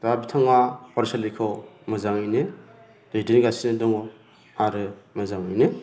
दा बिथाङा फरायसालिखौ मोजाङैनो दैदेनगासिनो दङ आरो मोजाङैनो